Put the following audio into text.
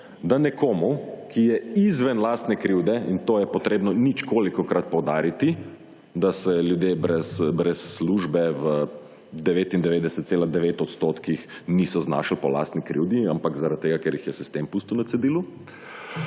da nekomu, ki je izven lastne krivde in to je potrebno ničkolikokrat poudariti, da se ljudje brez službe v 99,9 % niso znašli po lastni krivdi, ampak zaradi tega, ker jih je sistem pustil na cedilu,